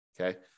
Okay